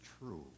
true